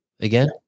again